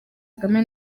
kagame